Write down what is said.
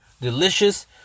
delicious